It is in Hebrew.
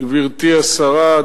גברתי השרה,